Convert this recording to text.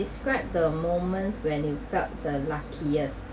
describe the moment when you felt the luckiest